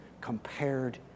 compared